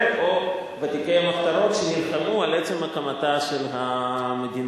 או ותיקי מלחמות שנלחמו על עצם הקמתה של המדינה.